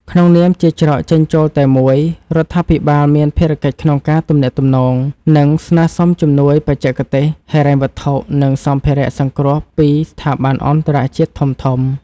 ក្នុងនាមជាច្រកចេញចូលតែមួយ រដ្ឋាភិបាលមានភារកិច្ចក្នុងការទំនាក់ទំនង និងស្នើសុំជំនួយបច្ចេកទេស ហិរញ្ញវត្ថុ និងសម្ភារៈសង្គ្រោះពីស្ថាប័នអន្តរជាតិធំៗ។